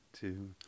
two